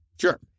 Sure